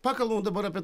pakalbam dabar apie